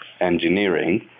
engineering